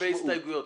לגבי הסתייגויות?